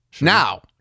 Now